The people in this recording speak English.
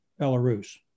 Belarus